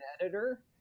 editor